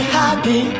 happy